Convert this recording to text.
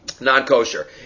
Non-kosher